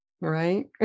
right